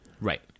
Right